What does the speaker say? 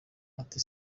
ati